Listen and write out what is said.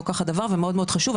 לא כך הדבר ומאוד מאוד חשוב,